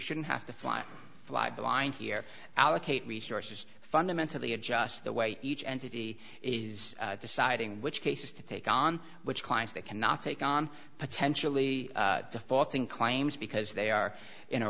shouldn't have to fly fly blind here allocate resources fundamentally adjust the way each entity is deciding which cases to take on which clients they cannot take on potentially defaulting claims because they are in a